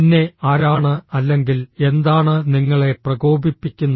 പിന്നെ ആരാണ് അല്ലെങ്കിൽ എന്താണ് നിങ്ങളെ പ്രകോപിപ്പിക്കുന്നത്